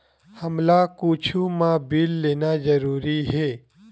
हमला कुछु मा बिल लेना जरूरी हे?